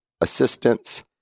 assistance